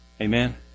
Amen